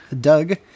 Doug